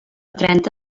trenta